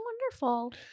wonderful